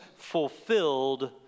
fulfilled